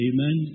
Amen